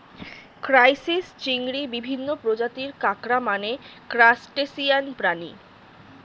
crisis, চিংড়ি, বিভিন্ন প্রজাতির কাঁকড়া মানে ক্রাসটেসিয়ান প্রাণী